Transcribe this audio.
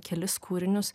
kelis kūrinius